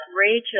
Rachel